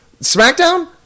SmackDown